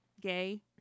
Gay